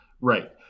Right